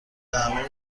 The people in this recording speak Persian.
درمان